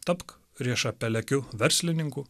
tapk riešapelekiu verslininku